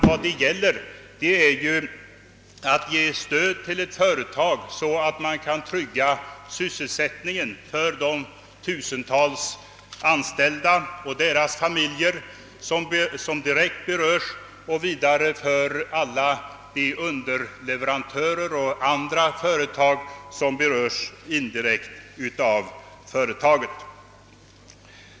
Vad det gäller är att ge stöd åt ett företag så att man tryggar sysselsättningen för dels de tusentals anställda och deras familjer, som direkt beröres, dels alla de un derleverantörer och andra företagare, som indirekt beröres.